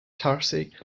tarsi